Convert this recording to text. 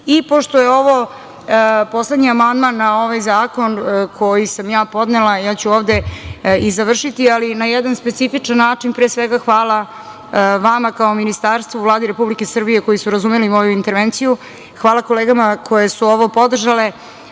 je ovo poslednji amandman na ovaj zakon, koji sam podnela, ovde ću i završiti, ali na jedan specifičan način, pre svega hvala vama kao Ministarstvu, Vladi Republike Srbije koji su razumeli moju intervenciju, hvala kolegama koje su ovo podržale.